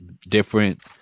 different